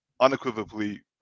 unequivocally